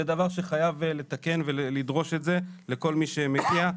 זה דבר שחייב לתקן ולדרוש את זה לכל מי שמגיע.